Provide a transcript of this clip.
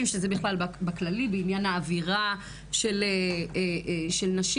שזה בכלל בכללי בעניין האווירה של נשים.